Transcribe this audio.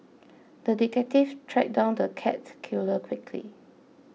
the detective tracked down the cat killer quickly